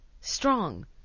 strong